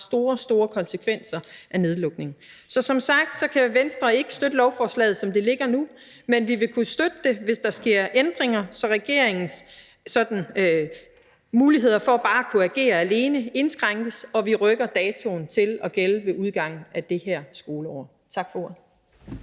store, store konsekvenser for. Som sagt kan Venstre ikke støtte lovforslaget, som det ligger nu, men vi vil kunne støtte det, hvis der sker ændringer, så regeringens muligheder for at bare kunne agere alene indskrænkes, og så vi rykker datoen til at gælde ved udgangen af det her skoleår. Tak for ordet.